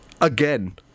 Again